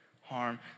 harm